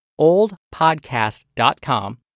oldpodcast.com